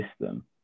system